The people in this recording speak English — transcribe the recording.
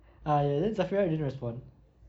ah ya then zafirah didn't respond